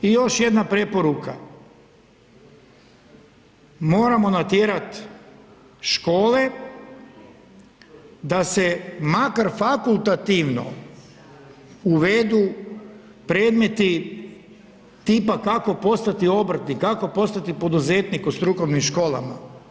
I još jedna preporuka, moramo natjerat škole da se makar fakultativno uvedu predmeti tipa kako postati obrtnik, kako postati poduzetnik u strukovnim školama.